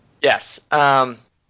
Yes